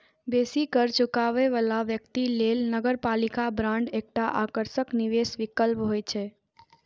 बेसी कर चुकाबै बला व्यक्ति लेल नगरपालिका बांड एकटा आकर्षक निवेश विकल्प होइ छै